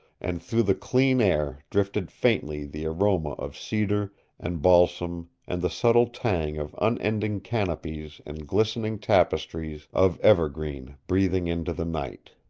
and through the clean air drifted faintly the aroma of cedar and balsam and the subtle tang of unending canopies and glistening tapestries of evergreen breathing into the night.